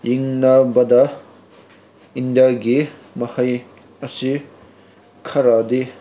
ꯌꯦꯡꯅꯕꯗ ꯏꯟꯗꯤꯌꯥꯒꯤ ꯃꯍꯩ ꯑꯁꯤ ꯈꯔꯗꯤ